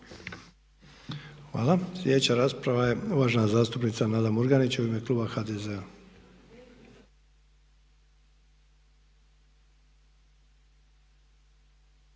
Hvala. Sljedeća rasprava je uvažena zastupnica Nada Murganić u ime Kluba HDZ-a.